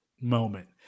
moment